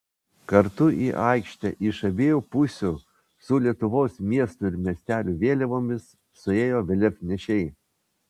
kartu į aikštę iš abiejų pusių su lietuvos miestų ir miestelių vėliavomis suėjo vėliavnešiai